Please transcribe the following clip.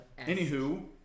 Anywho